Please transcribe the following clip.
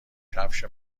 کفش